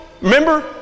Remember